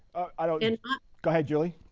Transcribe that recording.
i don't and ah go ahead, julie.